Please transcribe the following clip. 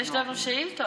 יש לנו שאילתות.